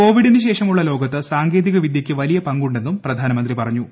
കോവിഡിനുശേഷമുള്ള ലോകത്ത് സാങ്കേതികവിദ്യയ്ക്ക് വലിയ പങ്കുണ്ടെന്നും പ്രധാനമന്ത്രി പറഞ്ഞു